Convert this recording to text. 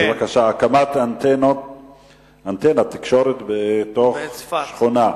בבקשה, הקמת אנטנת תקשורת בתוך שכונה.